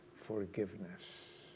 forgiveness